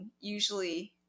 usually